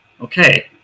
okay